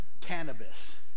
cannabis